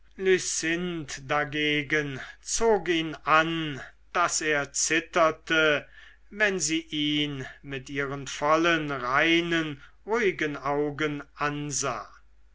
zog ihn an daß er zitterte wenn sie ihn mit ihren vollen reinen ruhigen augen ansah